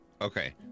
Okay